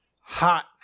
hot